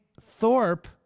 Thorpe